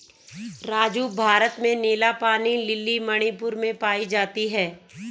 राजू भारत में नीला पानी लिली मणिपुर में पाई जाती हैं